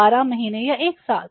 12 महीने का 1 साल